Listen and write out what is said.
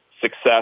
success